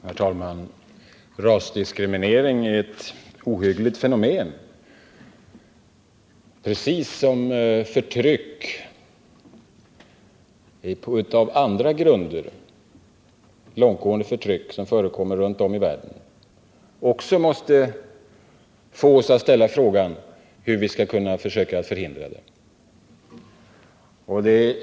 Herr talman! Rasdiskriminering är ett ohyggligt fenomen, precis som det långtgående förtryck som av andra skäl förekommer runt om i världen. Också det måste få oss att ställa frågan hur vi skall kunna förhindra det.